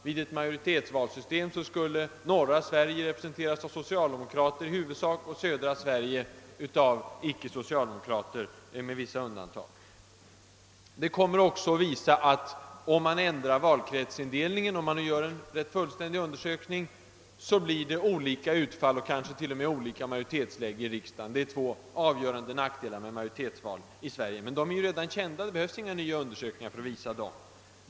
Vid ett majoritetsvalsystem skulle norra Sverige representeras av i huvudsak socialdemokrater och södra Sverige med vissa undantag av icke-socialdemokrater. De kommer också om man gör en fullständig undersökning — att visa att om man ändrar valkretsindelningen kan det bli olika utfall och kanske t.o.m. olika majoritetsbildningar i riksdagen. Detta är två avgörande nackdelar med majoritetsval i Sverige. Men dessa nackdelar är ju redan kända, varför det inte behövs några nya undersökningar.